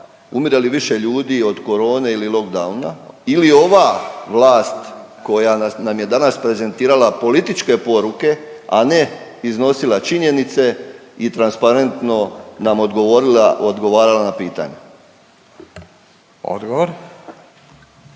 umire li više ljudi od corone ili lock downa ili ova vlast koja nam je danas prezentirala političke poruke, a ne iznosila činjenice i transparentno nam odgovorila, odgovarala